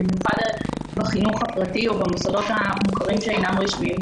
במיוחד בחינוך הפרטי או במוסדות המוכרים שאינם רשמיים,